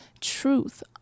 truth